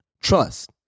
Trust